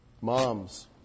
Moms